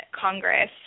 Congress